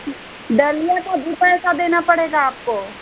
डलिया का देना है आपको